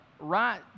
right